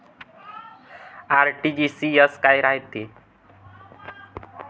RTGS काय रायते?